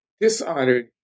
dishonored